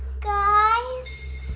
guys?